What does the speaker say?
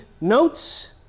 notes